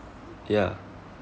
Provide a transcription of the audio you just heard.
ya